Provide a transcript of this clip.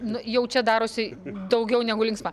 nu jau čia darosi daugiau negu linksma